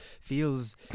feels